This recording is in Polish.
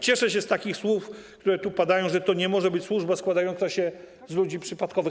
Cieszę się z takich słów, które tu padają, że to nie może być służba składająca się z ludzi przypadkowych.